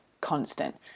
constant